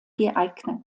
geeignet